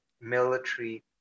military